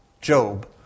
Job